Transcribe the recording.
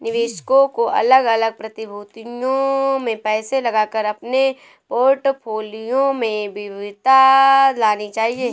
निवेशकों को अलग अलग प्रतिभूतियों में पैसा लगाकर अपने पोर्टफोलियो में विविधता लानी चाहिए